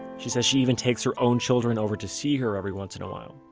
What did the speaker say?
she so she even takes her own children over to see her every once in a while